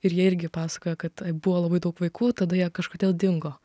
ir jie irgi pasakoja kad buvo labai daug vaikų tada jie kažkodėl dingo